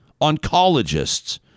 oncologists